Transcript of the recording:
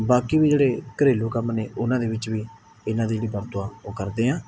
ਬਾਕੀ ਵੀ ਜਿਹੜੇ ਘਰੇਲੂ ਕੰਮ ਨੇ ਉਹਨਾਂ ਦੇ ਵਿੱਚ ਵੀ ਇਹਨਾਂ ਦੀ ਜਿਹੜੀ ਵਰਤੋਂ ਆ ਉਹ ਕਰਦੇ ਹਾਂ